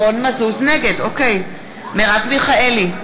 נגד מרב מיכאלי,